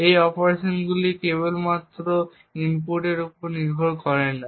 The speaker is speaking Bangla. এই অপারেশনগুলি কেবল ইনপুটের উপর নির্ভর করে না